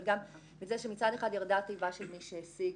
אבל גם בזה שמצד אחד ירדה התיבה של מי שהשיג,